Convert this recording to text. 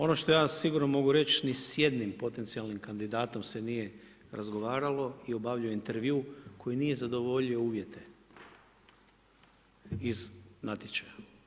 Ono što ja sigurno mogu reći ni s jednim potencijalnim kandidatom se nije razgovaralo i obavljao intervju koji nije zadovoljio uvjete iz natječaja.